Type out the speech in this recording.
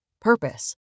Purpose